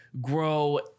grow